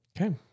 Okay